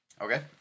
Okay